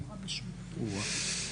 מקצועי.